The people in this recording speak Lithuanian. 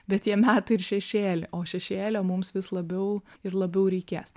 bet jie meta ir šešėlį o šešėlio mums vis labiau ir labiau reikės